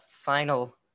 final